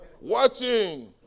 watching